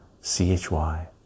C-H-Y